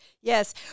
yes